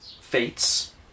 fates